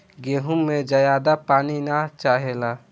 गेंहू में ज्यादा पानी ना चाहेला